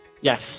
Yes